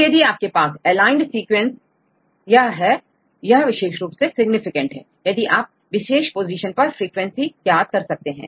तो यदि आपके पास एलाइंड सीक्वेंस यह है यह विशेष रूप से सिग्निफिकेंट है इनकी आप विशेष पोजीशन पर फ्रीक्वेंसी ज्ञात कर सकते हैं